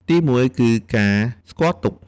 ទីមួយ គឺការស្គាល់ទុក្ខ។